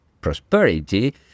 prosperity